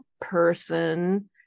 person